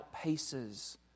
outpaces